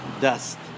dust